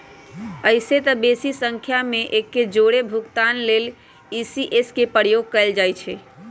अइसेए तऽ बेशी संख्या में एके जौरे भुगतान लेल इ.सी.एस के प्रयोग कएल जाइ छइ